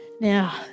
Now